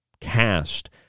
cast